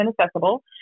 accessible